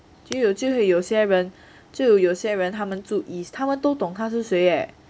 就有机会有些人就有些人他们住 east 他们都懂她是谁